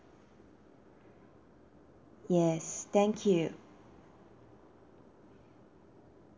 yes thank you